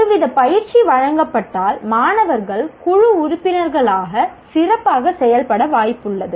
ஒருவித பயிற்சி வழங்கப்பட்டால் மாணவர்கள் குழு உறுப்பினர்களாக சிறப்பாக செயல்பட வாய்ப்புள்ளது